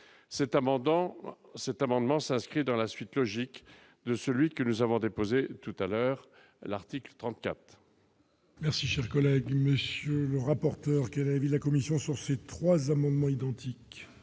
cet amendement, s'inscrit dans la suite logique de celui que nous avons déposée tout à l'heure, l'article 34.